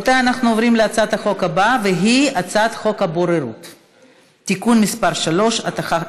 אני קובעת כי הצעת חוק ההוצאה לפועל (תיקון מס' 58)